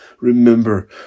Remember